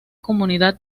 comunidad